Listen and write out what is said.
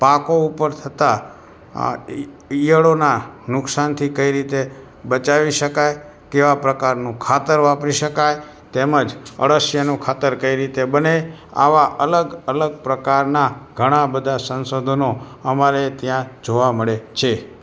પાકો ઉપર થતાં અ ઇ ઈયળોનાં નુક્સાનથી કઇ રીતે બચાવી શકાય કેવા પ્રકારનું ખાતર વાપરી શકાય તેમ જ અળસિયાનું ખાતર કઈ રીતે બને આવા અલગ અલગ પ્રકારનાં ઘણાં બધા સંશોધનો અમારે ત્યાં જોવા મળે છે